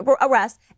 arrest